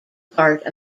part